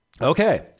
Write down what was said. Okay